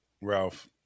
Ralph